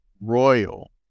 royal